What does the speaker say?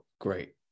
great